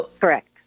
Correct